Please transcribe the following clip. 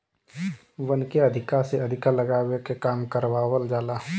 वन के अधिका से अधिका लगावे के काम करवावल जाला